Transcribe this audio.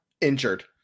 injured